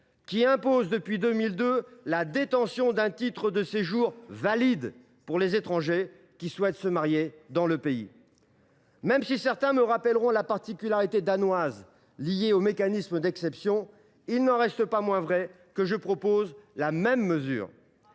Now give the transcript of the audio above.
qui impose depuis 2002 la détention d’un titre de séjour valide pour les étrangers qui souhaitent se marier dans le pays. Même si certains devaient me rappeller la particularité danoise liée au mécanisme d’exemption, il n’en reste pas moins vrai que je ne fais que proposer la même mesure.